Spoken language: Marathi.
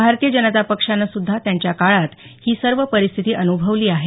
भारतीय जनता पक्षानं सुद्धा त्यांच्या काळात ही सर्व परिस्थिती अनुभवली आहे